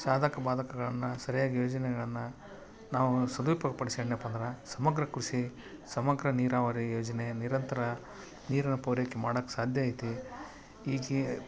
ಸಾಧಕ ಬಾಧಕಗಳನ್ನ ಸರಿಯಾಗಿ ಯೋಜನೆಗಳನ್ನು ನಾವು ಸದುಪಯೋಗ ಪಡಿಸ್ಕ್ಯಂಡನಪ್ಪ ಅಂದ್ರೆ ಸಮಗ್ರ ಕೃಷಿ ಸಮಗ್ರ ನೀರಾವರಿ ಯೋಜನೆ ನಿರಂತರ ನೀರಿನ ಪೂರೈಕೆ ಮಾಡಕೆ ಸಾಧ್ಯ ಐತೆ ಈಗ